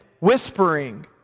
Whispering